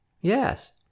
Yes